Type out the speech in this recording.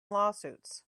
lawsuits